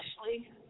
Ashley